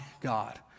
God